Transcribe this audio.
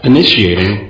Initiating